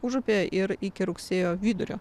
užupyje ir iki rugsėjo vidurio